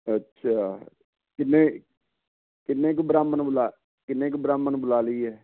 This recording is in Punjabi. ਅੱਛਾ ਕਿੰਨੇ ਕਿੰਨੇ ਕੁ ਬ੍ਰਾਹਮਣ ਬੁਲ ਕਿੰਨੇ ਕ ਬ੍ਰਾਹਮਣ ਬੁਲਾ ਲਈਏ